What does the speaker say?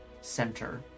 center